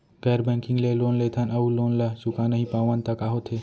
गैर बैंकिंग ले लोन लेथन अऊ लोन ल चुका नहीं पावन त का होथे?